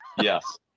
Yes